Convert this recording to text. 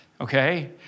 okay